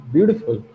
Beautiful